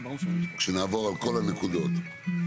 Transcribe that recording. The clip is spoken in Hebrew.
כשנעבור על כל הנקודות,